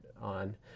on